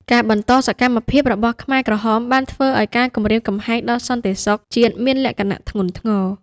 ការបន្តសកម្មភាពរបស់ខ្មែរក្រហមបានធ្វើឱ្យការគំរាមកំហែងដល់សន្តិសុខជាតិមានលក្ខណៈធ្ងន់ធ្ងរ។